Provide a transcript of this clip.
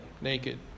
naked